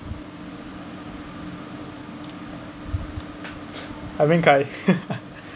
alvin hi